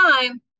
time